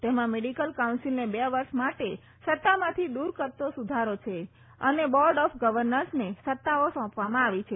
તેમાં મેડિકલ કાઉન્સિલને બે વર્ષ માટે સત્તામાંથી દૂર કરતો સુધારો છે અને બોર્ડ ઓફ ગવર્નર્સને સત્તાઓ સોંપવામાં આવી છે